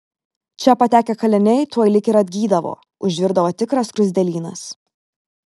čia patekę kaliniai tuoj lyg ir atgydavo užvirdavo tikras skruzdėlynas